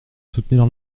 soutenir